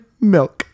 milk